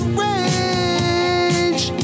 rage